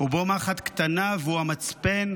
ובו מחט קטנה, והוא המצפן,